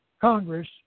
Congress